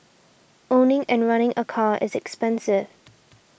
owning and running a car is expensive